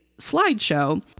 slideshow